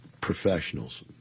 professionals